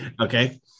Okay